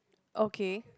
okay